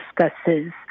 discusses